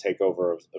takeover